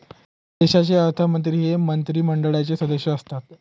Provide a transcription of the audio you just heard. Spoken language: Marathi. देशाचे अर्थमंत्री हे मंत्रिमंडळाचे सदस्य असतात